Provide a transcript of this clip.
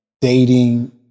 dating